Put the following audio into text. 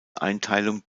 einteilung